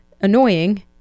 annoying